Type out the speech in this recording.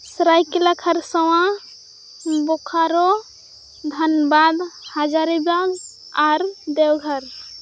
ᱥᱩᱨᱟᱹᱭᱠᱮᱞᱟ ᱠᱟᱨᱥᱟᱶᱣᱟ ᱵᱚᱠᱟᱨᱳ ᱫᱷᱟᱱᱵᱟᱫ ᱦᱟᱡᱟᱨᱤᱵᱟᱜᱽ ᱟᱨ ᱫᱮᱣᱜᱷᱚᱨ